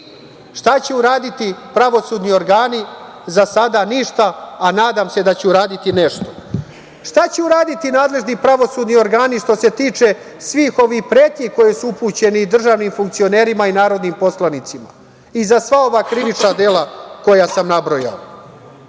će uraditi pravosudni organi? Za sada ništa, a nadam se da će uraditi nešto. Šta će uraditi nadležni pravosudni organi što se tiče svih ovih pretnji koje su upućeni državnim funkcionerima i narodnim poslanicima i za sva ova krivična dela koja sam nabrojao?